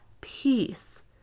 peace